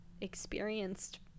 experienced